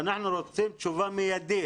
שאנחנו רוצים תשובה מיידית,